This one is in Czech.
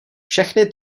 všechny